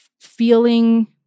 feeling